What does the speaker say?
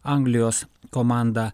anglijos komanda